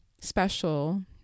special